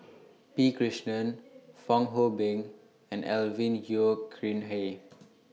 P Krishnan Fong Hoe Beng and Alvin Yeo Khirn Hai